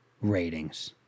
ratings